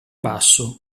basso